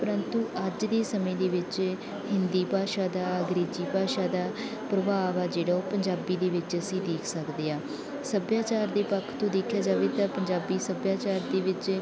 ਪਰੰਤੂ ਅੱਜ ਦੇ ਸਮੇਂ ਦੇ ਵਿੱਚ ਹਿੰਦੀ ਭਾਸ਼ਾ ਦਾ ਅੰਗਰੇਜ਼ੀ ਭਾਸ਼ਾ ਦਾ ਪ੍ਰਭਾਵ ਆ ਜਿਹੜਾ ਉਹ ਪੰਜਾਬੀ ਦੇ ਵਿੱਚ ਅਸੀਂ ਦੇਖ ਸਕਦੇ ਹਾਂ ਸੱਭਿਆਚਾਰ ਦੇ ਪੱਖ ਤੋਂ ਦੇਖਿਆ ਜਾਵੇ ਤਾਂ ਪੰਜਾਬੀ ਸੱਭਿਆਚਾਰ ਦੇ ਵਿੱਚ